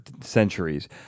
centuries